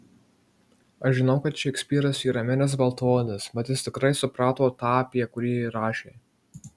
aš žinau kad šekspyras yra miręs baltaodis bet jis tikrai suprato tą apie kurį rašė